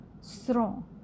strong